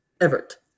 Everett